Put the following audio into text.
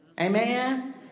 Amen